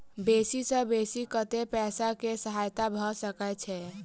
बेसी सऽ बेसी कतै पैसा केँ सहायता भऽ सकय छै?